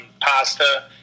pasta